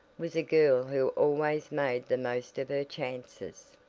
was a girl who always made the most of her chances.